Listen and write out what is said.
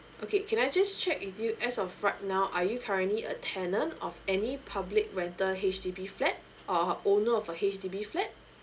okay can I just check with you as of right now are you currently a tenant of any public rental H_D_B flat or owner of a H_D_B flat